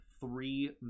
three